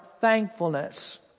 thankfulness